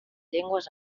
llengües